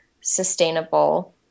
sustainable